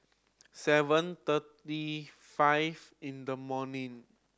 seven thirty five in the morning